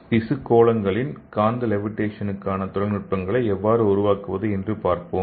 திசு கோளங்களின் காந்த லேவிடேஷனுக்கான தொழில்நுட்பங்களை எவ்வாறு உருவாக்குவது என்று பார்ப்போம்